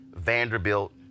Vanderbilt